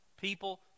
People